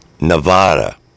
Nevada